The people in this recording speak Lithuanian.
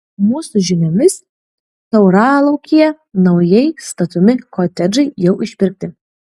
mūsų žiniomis tauralaukyje naujai statomi kotedžai jau išpirkti